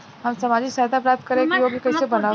हम सामाजिक सहायता प्राप्त करे के योग्य कइसे बनब?